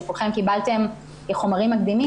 שכולכם קיבלתם כחומר מקדים,